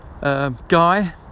guy